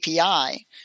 API